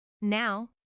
Now